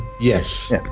Yes